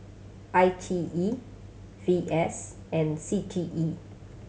I T E VS and C T E